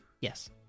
Yes